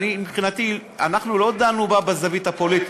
מבחינתי, לא דנו בה בזווית הפוליטית.